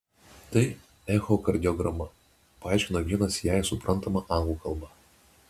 tai echokardiograma paaiškino vienas jai suprantama anglų kalba